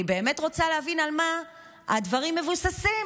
אני באמת רוצה להבין על מה הדברים מבוססים.